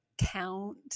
count